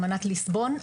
האמנת ליסבון.